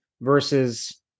versus